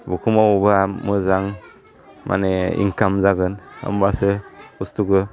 बखो मावोबा मोजां माने इनखाम जागोन होमबासो बुस्थुखौ